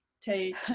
take